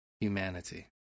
humanity